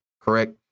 correct